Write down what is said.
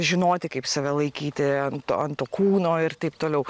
žinoti kaip save laikyti ant to kūno ir taip toliau